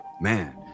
man